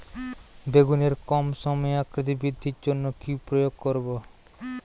বেগুনের কম সময়ে আকৃতি বৃদ্ধির জন্য কি প্রয়োগ করব?